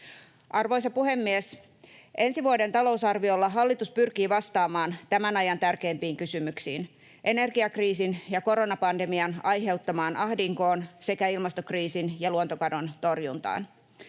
Arvoisa puhemies! Ensi vuoden talousarviolla hallitus pyrkii vastaamaan tämän ajan tärkeimpiin kysymyksiin: energiakriisin ja koronapandemian aiheuttamaan ahdinkoon sekä ilmastokriisin ja luontokadon torjuntaan.